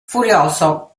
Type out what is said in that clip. furioso